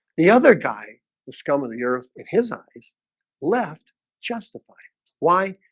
the other guy the scum of the earth in his eyes left justified why